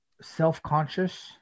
self-conscious